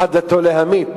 אחת דתו להמית.